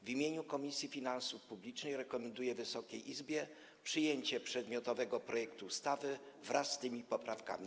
W imieniu Komisji Finansów Publicznych rekomenduję Wysokie Izbie przyjęcie przedmiotowego projektu ustawy wraz z tymi poprawkami.